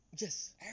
Yes